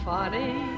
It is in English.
Funny